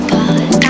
God